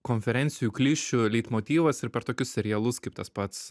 konferencijų klišių leitmotyvas ir per tokius serialus kaip tas pats